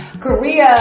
Korea